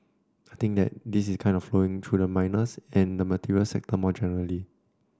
I think that this is kind of flowing through to the miners and the materials sector more generally